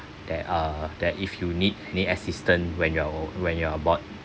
that uh that if you need any assistance when you're when you're onboard